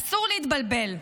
אסור להתבלבל,